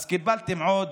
אז קיבלתם עוד,